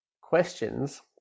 questions